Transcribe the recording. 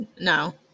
No